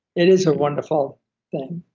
it is a wonderful thing,